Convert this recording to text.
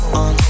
on